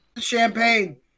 Champagne